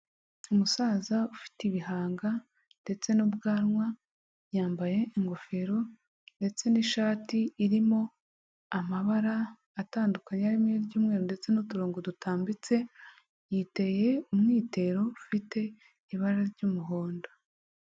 Umusaza ufite ibihanga ndetse n'ubwanwa, yambaye ingofero ndetse n'ishati irimo amabara atandukanye, harimo iry'umweru ndetse n'uturongo dutambitse, yiteye umwitero ufite ibara ry'umuhondo.